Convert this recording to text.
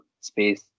space